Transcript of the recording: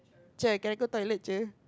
Cher can I go toilet Cher